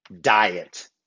diet